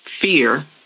fear